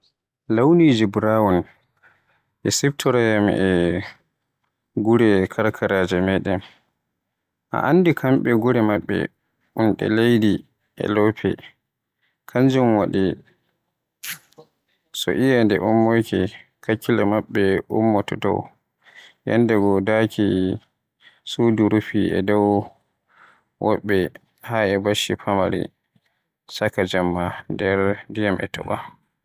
Launiji brown e siftoroyam e gure karkaraji meɗen. A anndi kamɓe gure maɓɓe un ɗe leydi e lope, kanjum waɗi to eyende ummoyke, hakkilo maɓɓe ummoto dow. Yandego daaki suru rufi e dow woɓɓe haa e bacci famari, chaaka Jemma ndiyam e topa.